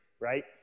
right